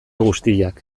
guztiak